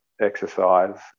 exercise